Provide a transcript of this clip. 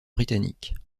britannique